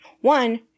One